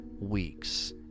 weeks